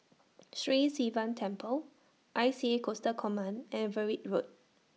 Sri Sivan Temple I C A Coastal Command and Everitt Road